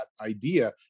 idea